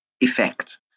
effect